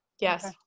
yes